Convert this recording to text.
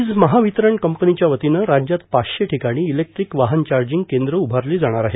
वीज महावितरण कंपनीच्या वतीनं राज्यात पाचशे ठिकाणी इलेक्ट्रिक वाहन चार्जिग केंद्रं उभारली जाणार आहेत